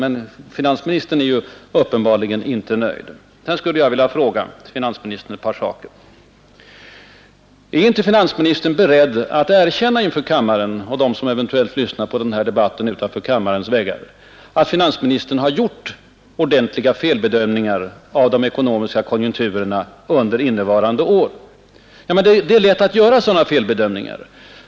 Men finansministern har uppenbarligen en annan uppfattning. Sedan skulle jag vilja ställa ett par frågor till finansministern: Är inte finansministern beredd att erkänna inför kammaren och dem utanför kammarens väggar, som eventuellt lyssnar på debatten, att finansministern har gjort rejäla felbedömningar av de ekonomiska konjunkturerna under innevarande år? Det är lätt att göra felbedömningar.